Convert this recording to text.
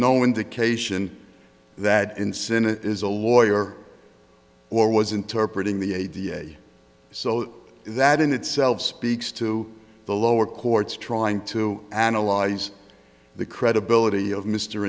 no indication that incentive is a lawyer or was interpret in the a da so that in itself speaks to the lower courts trying to analyze the credibility of mr